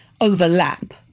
overlap